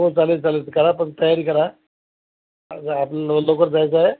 हो चालेल चालेल करा पण तयारी करा आपलं लवकर जायचं आहे